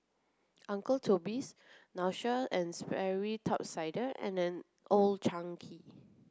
Uncle Toby's Nautica and Sperry Top Sider and Old Chang Kee